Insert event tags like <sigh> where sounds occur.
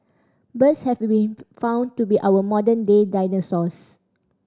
birds have been <unintelligible> found to be our modern day dinosaurs